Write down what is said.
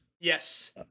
Yes